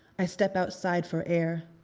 i step outside for air,